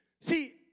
See